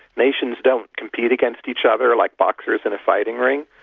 nations don't compete against each other like boxers in a fighting ring.